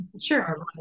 sure